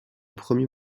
premier